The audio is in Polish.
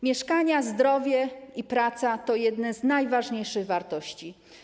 Mieszkania, zdrowie i praca to jedne z najważniejszych wartości.